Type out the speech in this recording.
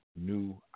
new